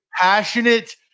Passionate